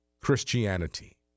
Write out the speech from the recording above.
Christianity